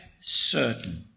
certain